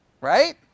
right